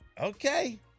okay